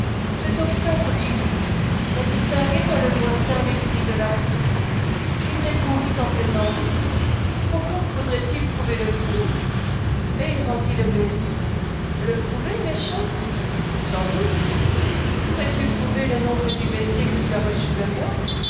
le tocsin continuait on distinguait dans le lointain les cris de la foule il répondit en plaisantant encore faudrait-il prouver le crime et il rendit le baiser le prouver méchant sans doute pourrais-tu prouver le nombre des baisers que tu as reçus de moi